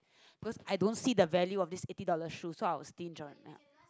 cause I don't see the value of this eighty dollars shoe so I will stinge one